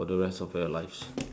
for the rest of your lives